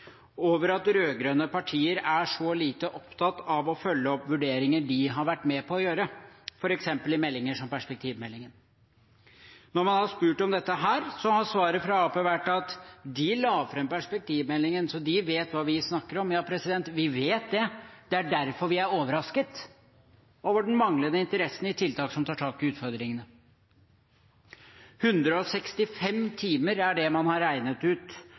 over at rød-grønne partier er så lite opptatt av å følge opp vurderinger de har vært med på å gjøre, f.eks. i meldinger som perspektivmeldingen. Når man har spurt om dette her, har svaret fra Arbeiderpartiet vært at de la fram perspektivmeldingen, så de vet hva de snakker om. Ja, vi vet det – det er derfor vi er overrasket over den manglende interessen for tiltak som tar tak i utfordringene. 165 timer er det man har regnet ut